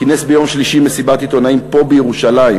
כינס ביום שלישי מסיבת עיתונאים פה בירושלים,